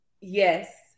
Yes